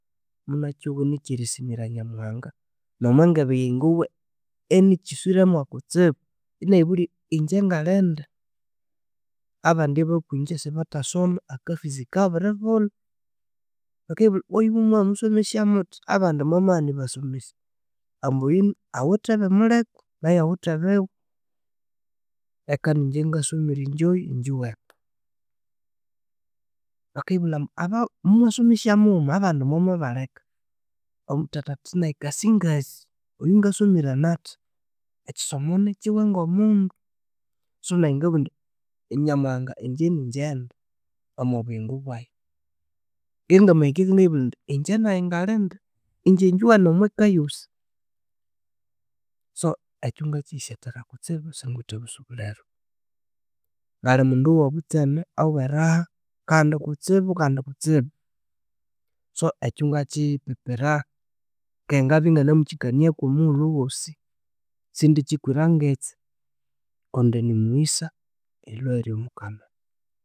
Munakyowa inikyerisimira nyamuhanga, nomwangebe yayi ngowa ini- ikyiswire mwakutsibu. Inayibulya, inje ngalindi? Abandi abokwinje sibathasoma, aka fees kabiribulha, bakayibulha ambu ibwa oyu muwamusomesya muthi abandi mwamaghana eribasomesya. Ambu oyu awithe ebimuliku, nayu awithe biwe. Eka ninje ngasomire injoyu injuwene. Bakayibulhaya ambu aba- mumwasomesya mughuma abandi mwamabaleka, nathatha athi nayi ka- singasi oyu ngasomire nathi, ekyisomo nikyiwe ngomundu. So nayi nangabugha indi nyamuhanga inje ninjendi omwabuyingo bwayi. Ngabya ngamahika eka ngayibulhaya indi inje nayi ngalindi? Inje injuwene omwaka eyosi? So, ekyu ngakyiyisyethera kutsibu isingwithe busubuliro. Ngalimundu owobutseme, oweraha, kandi kutsibu kandi kutsibu. So ekyu ngakyipipira keghe ngabya inganimukyikaniaku omughulhu wosi. Sindikyikwira ngitsi kundi nimughisa erilhwa eyiri omukama.